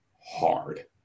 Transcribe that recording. hard